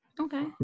Okay